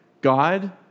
god